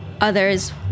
others